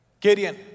Gideon